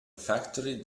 factory